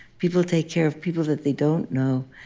people take care of people that they don't know.